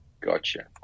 Gotcha